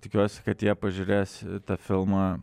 tikiuosi kad jie pažiūrės tą filmą